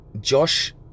Josh